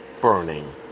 burning